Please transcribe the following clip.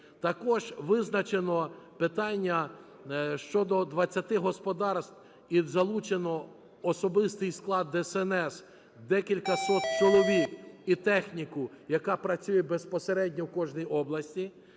також визначено питання щодо 20 господарств і залучено в особистий склад ДСНС декілька сот чоловік і техніку, яка працює безпосередньо в кожній області.